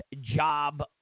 job